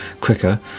quicker